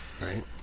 Right